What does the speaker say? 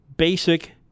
basic